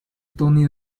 tony